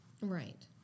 Right